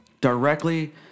directly